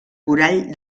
corall